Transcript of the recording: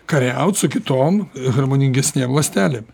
kariaut su kitom harmoningesnėm ląstelėm